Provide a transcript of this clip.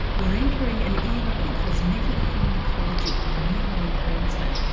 we are entering an era of cosmetic pharmacology, or neuro-enhancement,